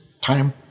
time